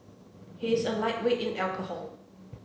he is a lightweight in alcohol